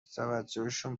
توجهشون